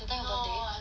that time her birthday